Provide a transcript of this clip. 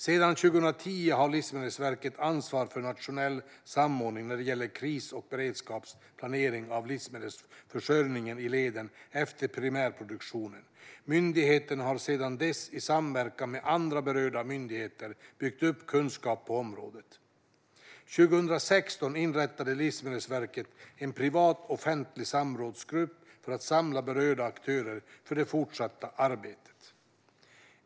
Sedan 2010 har Livsmedelsverket ansvar för nationell samordning när det gäller kris och beredskapsplanering av livsmedelsförsörjning i leden efter primärproduktionen. Myndigheten har sedan dess i samverkan med andra berörda myndigheter byggt upp kunskap på området. År 2016 inrättade Livsmedelsverket en privat-offentlig samrådsgrupp för att samla berörda aktörer för det fortsatta arbetet.